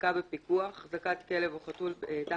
"החזקה בפיקוח" החזקת כלב או חתול תחת